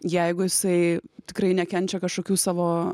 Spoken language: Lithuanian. jeigu jisai tikrai nekenčia kažkokių savo